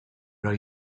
are